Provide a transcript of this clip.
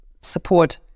support